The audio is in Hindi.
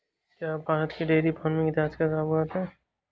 क्या आप भारत के डेयरी फार्मिंग इतिहास से अवगत हैं?